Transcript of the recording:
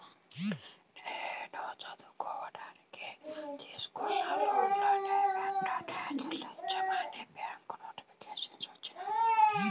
నేను చదువుకోడానికి తీసుకున్న లోనుని వెంటనే చెల్లించమని బ్యాంకు నోటీసులు వచ్చినియ్యి